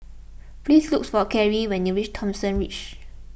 please look for Cary when you reach Thomson Ridge